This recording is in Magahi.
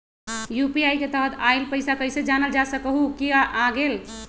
यू.पी.आई के तहत आइल पैसा कईसे जानल जा सकहु की आ गेल?